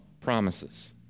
promises